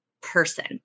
person